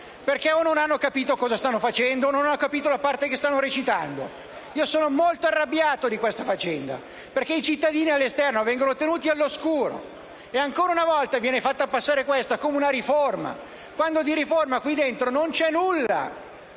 perché o non hanno capito cosa stanno facendo o non hanno capito la parte che stanno recitando. Sono molto arrabbiato per questo, perché i cittadini all'esterno ne sono tenuti all'oscuro e ancora una volta questa viene fatta passare come una riforma quando di riforma qui dentro non c'è nulla!